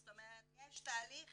זאת אומרת יש תהליך